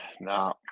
no